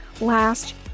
last